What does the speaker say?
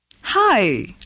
Hi